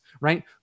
right